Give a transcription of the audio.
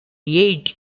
eight